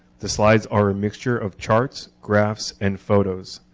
the slides are a mixture of charts, graphs, and photos.